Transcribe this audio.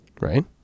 Right